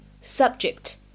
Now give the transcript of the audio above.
subject